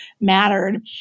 mattered